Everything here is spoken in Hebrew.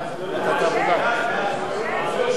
ההצעה